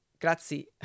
Grazie